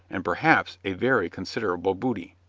and perhaps a very considerable booty.